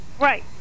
Right